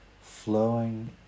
flowing